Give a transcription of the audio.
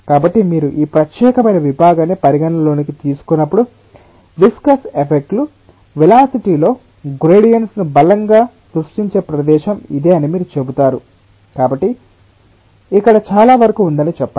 కాబట్టి మీరు ఈ ప్రత్యేకమైన విభాగాన్ని పరిగణనలోకి తీసుకున్నప్పుడు విస్కస్ ఎఫెక్ట్ లు వెలాసిటి లో గ్రేడియoట్స్ ను బలంగా సృష్టించే ప్రదేశం ఇదే అని మీరు చెబుతారు కాబట్టి ఇక్కడ చాలా వరకు ఉందని చెప్పండి